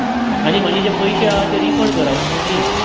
आनी म्हजे जे पयशे आहा ते रिफंड करा प्लीज